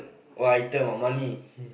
what item ah money